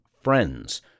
Friends